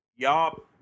Y'all